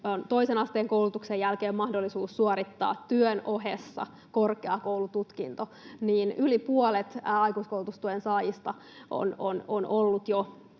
toisen asteen koulutuksen jälkeen mahdollisuus suorittaa työn ohessa korkeakoulututkinto, mutta yli puolet aikuiskoulutustuen saajista onkin ollut jo